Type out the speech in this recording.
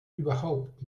überhaupt